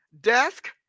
desk